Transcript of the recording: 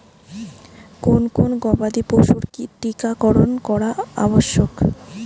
কোন কোন গবাদি পশুর টীকা করন করা আবশ্যক?